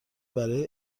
برای